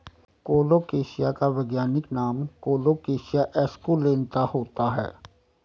colocasia का वैज्ञानिक नाम कोलोकेशिया एस्कुलेंता होता है